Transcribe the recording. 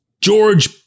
George